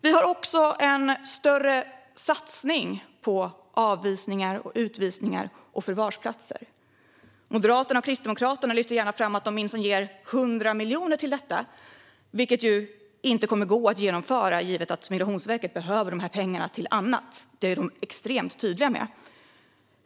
Vi har också en större satsning på avvisningar, utvisningar och förvarsplatser. Moderaterna och Kristdemokraterna lyfter gärna fram att de minsann ger 100 miljoner kronor till detta, vilket inte kommer att gå att genomföra givet att Migrationsverket behöver dessa pengar till annat. Det är de extremt tydliga med.